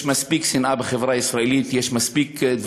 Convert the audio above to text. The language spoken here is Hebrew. יש מספיק שנאה בחברה הישראלית,